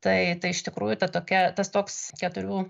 tai tai iš tikrųjų ta tokia tas toks keturių